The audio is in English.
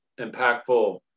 impactful